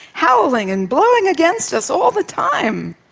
howling and blowing against us all the time.